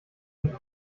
die